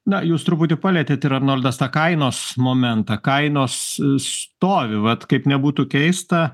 na jūs truputį palietėt ir arnoldas tą kainos momentą kainos stovi vat kaip nebūtų keista